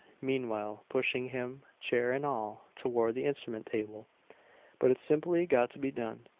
meanwhile pushing him, chair and all, toward the instrument-table. but it's simply got to be done.